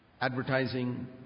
advertising